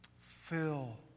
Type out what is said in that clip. Fill